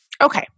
Okay